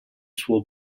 suo